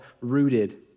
Rooted